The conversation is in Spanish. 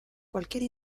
cualquier